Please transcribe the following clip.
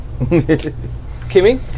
Kimmy